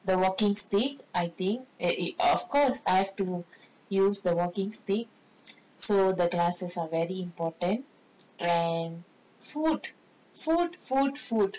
the walking stick I think of course I have to use the walking stick so the glasses are very important and food food food food